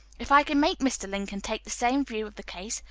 if i can make mr. lincoln take the same view of the case,